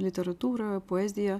literatūra poezija